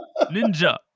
ninja